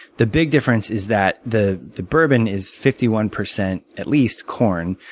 the big difference is that the the bourbon is fifty one percent, at least, corn.